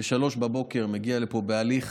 ב-03:00 מגיעה לפה, בהליך